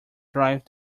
drive